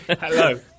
Hello